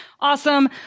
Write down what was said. Awesome